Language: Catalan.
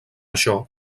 això